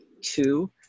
two